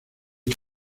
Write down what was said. ica